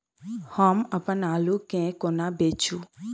हम अप्पन आलु केँ कोना बेचू?